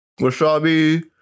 Wasabi